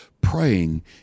praying